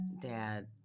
dad